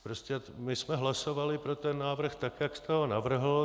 Prostě my jsme hlasovali pro ten návrh tak, jak jste ho navrhl.